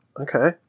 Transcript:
okay